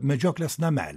medžioklės namelį